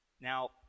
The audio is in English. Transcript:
Now